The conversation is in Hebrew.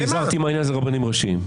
והזהרתי מהעניין הזה רבנים ראשיים.